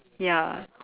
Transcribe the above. ya